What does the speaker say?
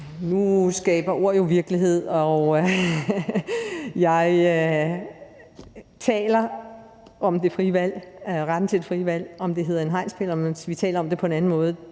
Nu skaber ord jo virkelighed, og jeg taler om retten til det frie valg; om det hedder en hegnspæl, eller om vi taler om det på en anden måde,